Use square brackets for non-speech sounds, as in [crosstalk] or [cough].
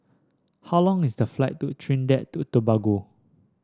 how long is the flight to Trinidad [unintelligible] Tobago